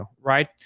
right